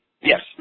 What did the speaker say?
Yes